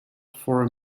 for